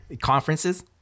Conferences